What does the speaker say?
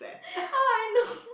how I know